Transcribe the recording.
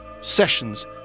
Sessions